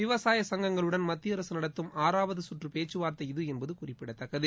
விவசாய சங்கங்களுடன் மத்திய அரசு நடத்தும் ஆறாவது கற்று பேச்சுவார்த்தை இது என்பது குறிப்பிடத்தக்கது